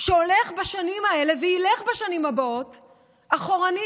שהולך בשנים האלה וילך בשנים הבאות אחורנית.